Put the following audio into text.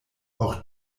auch